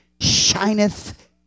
shineth